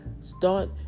Start